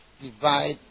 Divide